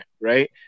right